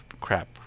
crap